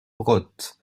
brottes